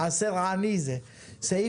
אחרי